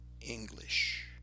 English